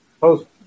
post